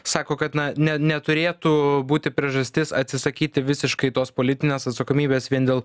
sako kad na ne neturėtų būti priežastis atsisakyti visiškai tos politinės atsakomybės vien dėl